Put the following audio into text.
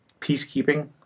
peacekeeping